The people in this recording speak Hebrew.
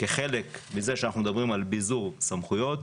כחלק מזה שאנחנו מדברים על ביזור סמכויות,